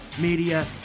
Media